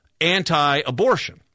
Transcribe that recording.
anti-abortion